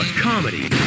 comedy